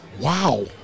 wow